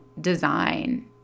design